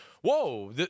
whoa